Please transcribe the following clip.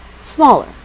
smaller